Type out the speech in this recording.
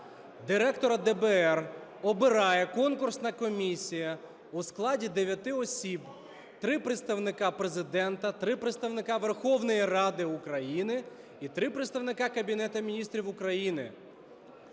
Директора ДБР обирає конкурсна комісія у складі дев'яти осіб: три представника Президента, три представника Верховної Ради України і три представника Кабінету Міністрів України.